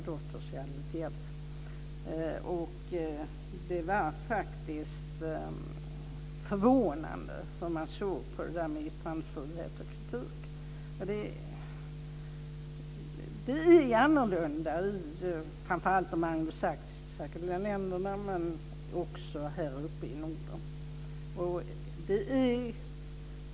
Det var förvånande hur man såg på yttrandefrihet och kritik. Det är annorlunda framför allt i de anglosaxiska länderna men också här uppe i Norden.